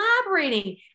collaborating